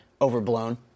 overblown